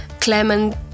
Clement